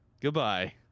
goodbye